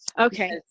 Okay